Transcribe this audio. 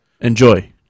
Enjoy